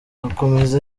akomeza